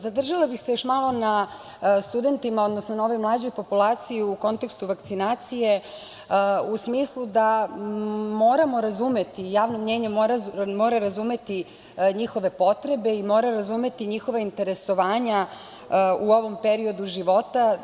Zadržala bih se još malo na studentima, odnosno na ovoj mlađoj populaciji u kontekstu vakcinacije, u smislu da moramo razumeti, javno mnjenje mora razumeti njihove potrebe i mora razumeti njihova interesovanja u ovom periodu života.